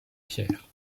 pierre